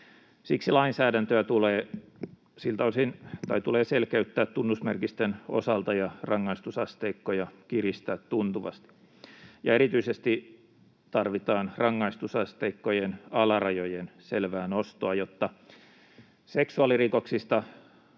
siksi lainsäädäntöä tulee selkeyttää tunnusmerkistön osalta ja rangaistusasteikkoja kiristää tuntuvasti. Erityisesti tarvitaan rangaistusasteikkojen alarajojen selvää nostoa, jotta seksuaalirikoksista